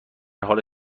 حال